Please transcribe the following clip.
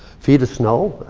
feet of snow,